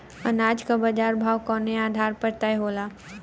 अनाज क बाजार भाव कवने आधार पर तय होला?